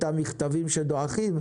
אותם מכתבים שדועכים,